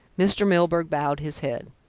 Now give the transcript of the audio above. mr. milburgh bowed his head.